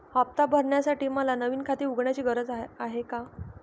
हफ्ता भरण्यासाठी मला नवीन खाते उघडण्याची गरज आहे का?